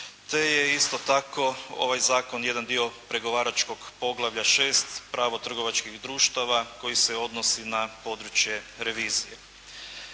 te je isto tako ovaj zakon jedan dio pregovaračkog poglavlja 6. – Pravo trgovačkih društava koji se odnosi na područje revizije.